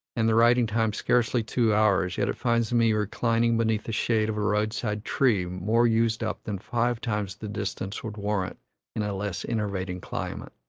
and the riding time scarcely two hours, yet it finds me reclining beneath the shade of a roadside tree more used up than five times the distance would warrant in a less enervating climate.